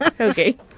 Okay